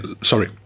Sorry